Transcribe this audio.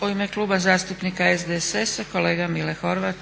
**Zgrebec, Dragica (SDP)** U ime Kluba zastupnika SDSS-a kolega Mile Horvat.